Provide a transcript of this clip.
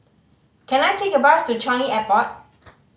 can I take a bus to Changi Airport